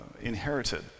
inherited